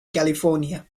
california